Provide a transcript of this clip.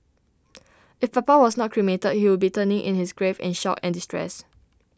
if papa was not cremated he would be turning in his grave in shock and distress